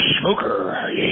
smoker